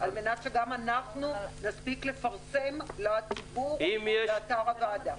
כדי שגם אנחנו נספיק לפרסם לציבור באתר הוועדה.